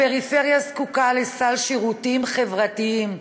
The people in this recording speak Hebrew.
הפריפריה זקוקה לסל שירותים חברתיים,